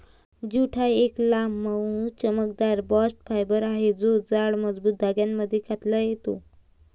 jute हा एक लांब, मऊ, चमकदार बास्ट फायबर आहे जो जाड, मजबूत धाग्यांमध्ये कातता येतो